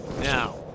Now